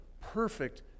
perfect